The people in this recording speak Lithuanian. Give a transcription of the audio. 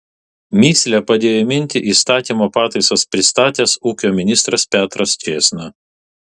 mįslę padėjo įminti įstatymo pataisas pristatęs ūkio ministras petras čėsna